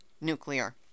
nuclear